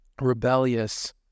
rebellious